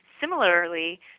similarly